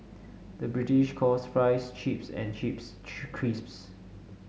the British calls fries chips and chips crisps